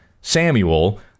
Samuel